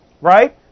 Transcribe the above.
Right